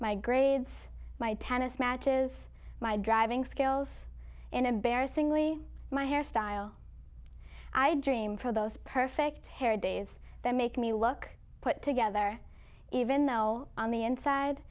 my grades my tennis matches my driving skills and embarrassingly my hairstyle i dream for those perfect hair days that make me look put together even though on the inside